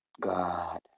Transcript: God